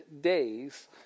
days